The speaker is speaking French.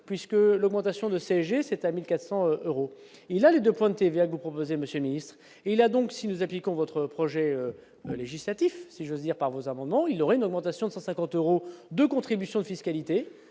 puisque l'augmentation de CSG, c'est à 1400 et là a les 2 points de TVA que vous proposez, Monsieur le Ministre, et il a donc si nous appliquons votre projet législatif si j'ose dire, par vos amendements il y aurait une augmentation de 150 euros de contributions fiscalité